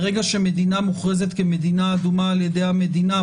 ברגע שמדינה מוכרזת כמדינה אדומה על ידי המדינה,